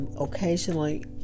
occasionally